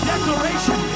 declaration